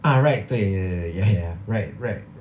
ah Ryde 对对对对 ya ya Ryde Ryde